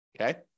okay